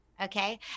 Okay